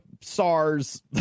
SARS